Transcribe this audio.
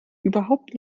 überhaupt